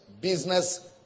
business